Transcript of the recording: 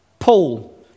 Paul